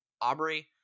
Aubrey